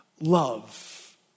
love